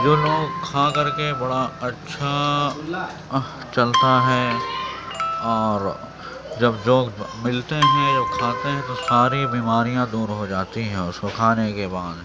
جو لوگ کھا کر کے بڑا اچھا چلتا ہے اور جب لوگ ملتے ہیں جب کھاتے ہیں تو ساری بیماریاں دور ہو جاتی ہیں اس کو کھانے کے بعد